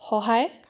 সহায়